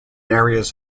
areas